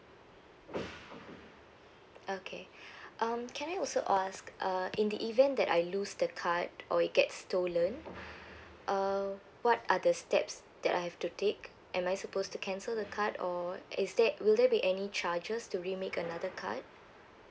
okay um can I also ask uh in the event that I lose the card or it gets stolen uh what are the steps that I have to take am I supposed to cancel the card or is that will there be any charges to remake another card